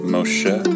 Moshe